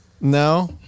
No